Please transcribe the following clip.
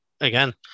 again